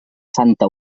santa